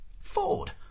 Ford